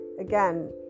again